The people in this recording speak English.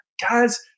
Guys